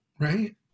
right